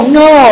no